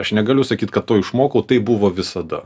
aš negaliu sakyt kad to išmokau tai buvo visada